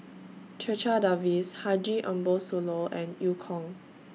Checha Davies Haji Ambo Sooloh and EU Kong